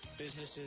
businesses